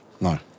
No